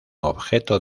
objeto